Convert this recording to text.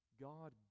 God